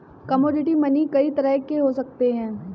commodity money कई तरह के हो सकते हैं